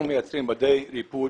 אנחנו מייצרים בדי ריפוד,